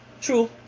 True